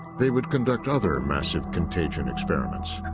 they would conduct other massive contagion experiments.